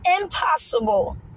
impossible